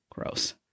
Gross